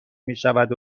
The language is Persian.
میشود